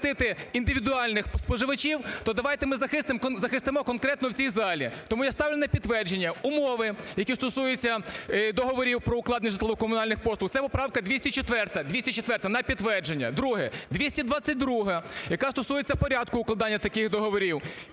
захистити індивідуальних споживачів, то давайте ми захистимо конкретно в цій залі. Тому я ставлю на підтвердження умови, які стосуються договорів про укладення житлово-комунальних послуг – це поправка 204 на підтвердження. Друге. 222-а, яка стосується порядку укладання таких договорів.